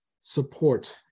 support